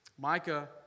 Micah